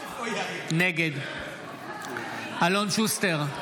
נגד אלון שוסטר,